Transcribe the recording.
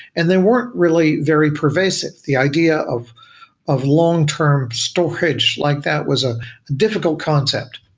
and they weren't really very pervasive, the idea of of long-term storage like that was a difficult concept.